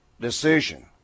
decision